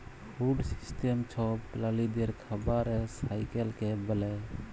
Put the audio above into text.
food system ছব প্রালিদের খাবারের সাইকেলকে ব্যলে